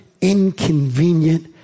inconvenient